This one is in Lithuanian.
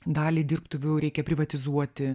dalį dirbtuvių reikia privatizuoti